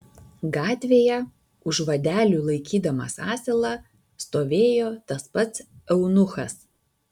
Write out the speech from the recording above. gatvėje už vadelių laikydamas asilą stovėjo tas pats eunuchas